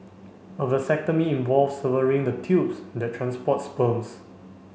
a vasectomy involves severing the tubes that transport sperms